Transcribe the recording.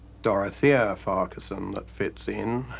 dorothea farquharson that fits in,